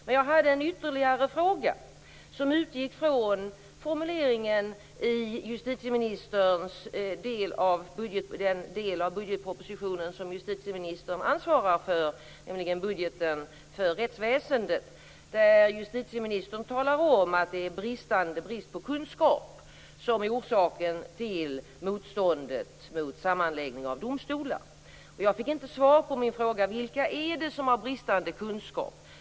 Men jag hade en ytterligare fråga som utgick från formuleringen i den del av budgetpropositionen som justitieministern ansvarar för, nämligen budgeten för rättsväsendet. Där talar justitieministern om att det är brist på kunskap som är orsaken till motståndet mot sammanläggning av domstolar. Jag fick inte svar på min fråga. Vilka är det som har bristande kunskap?